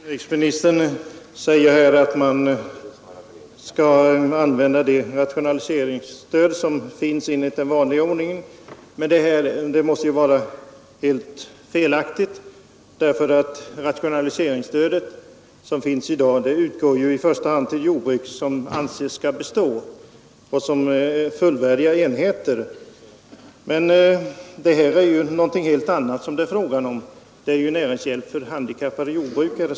Herr talman! Inrikesministern säger att man skall använda det rationaliseringsstöd som finns enligt rationaliseringskungörelsen. Detta utgår emellertid i första hand till jordbruk som anses skola bestå som fullvärdiga enheter. Det är alltså något helt annat än den fråga som jag har tagit upp och som gäller näringshjälp åt handikappade jordbrukare.